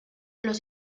los